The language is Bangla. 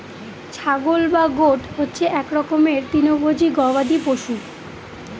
ছাগল বা গোট হচ্ছে এক রকমের তৃণভোজী গবাদি পশু